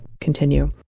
continue